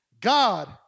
God